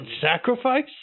sacrifice